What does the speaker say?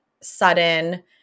sudden